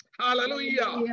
Hallelujah